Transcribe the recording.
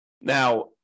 Now